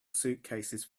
suitcases